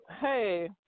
Hey